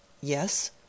yes